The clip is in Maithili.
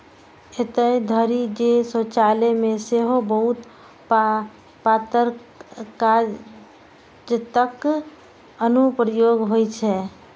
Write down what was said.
एतय धरि जे शौचालय मे सेहो बहुत पातर कागतक अनुप्रयोग होइ छै